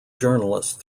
journalist